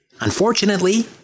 Unfortunately